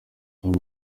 com